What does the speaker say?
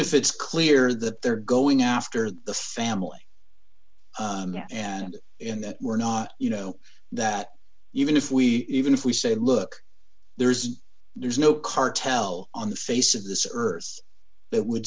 if it's clear that they're going after the family and in that we're not you know that even if we even if we say look there is there's no cartel on the face of this earth that would